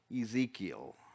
Ezekiel